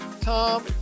Tom